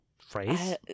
phrase